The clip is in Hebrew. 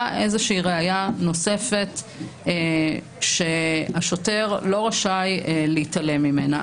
איזושהי ראיה נוספת שהשוטר לא רשאי להתעלם ממנה.